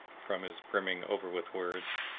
from his brimming over with words,